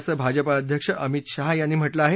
असं भाजपाअध्यक्ष अमित शाह यांनी म्हटलं आहे